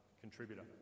contributor